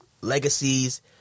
legacies